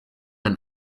and